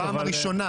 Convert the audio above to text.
בפעם הראשונה.